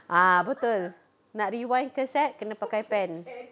ah betul nak rewind cassette kena pakai pen